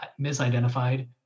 misidentified